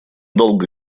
долго